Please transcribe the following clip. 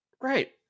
Right